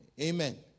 Amen